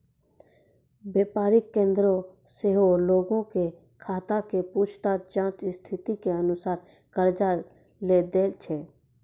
व्यापारिक केन्द्र सेहो लोगो के खाता के पूछताछ जांच स्थिति के अनुसार कर्जा लै दै छै